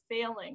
failing